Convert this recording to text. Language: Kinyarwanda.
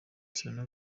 serena